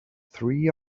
three